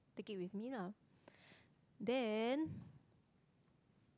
take it with me lah then